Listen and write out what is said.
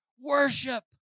worship